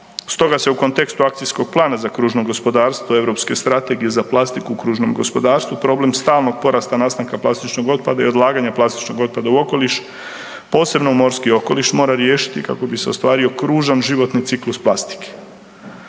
stoga se u kontekstu akcijskog plana za kružno gospodarstvo europske strategije za plastiku u kružnom gospodarstvu problem stalnog porasta nastanka plastičnog otpada i odlaganja plastičnog otpada u okoliš, posebno u morski okoliš mora riješiti kako bi se ostvario kružan životni ciklus plastike.